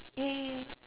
!yay!